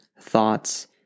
thoughts